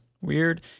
Weird